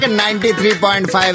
93.5